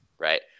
Right